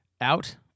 out